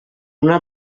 una